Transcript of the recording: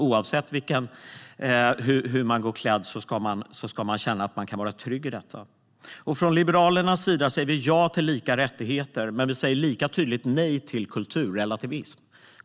Oavsett hur man går klädd ska man känna att man kan vara trygg i detta. Från Liberalernas sida säger vi ja till lika rättigheter, men vi säger lika tydligt nej till kulturrelativism.